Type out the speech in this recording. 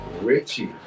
Richie